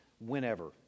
whenever